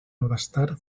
abastar